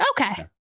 Okay